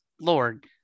Lord